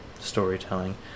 storytelling